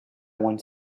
want